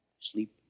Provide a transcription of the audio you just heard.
sleep